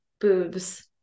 boobs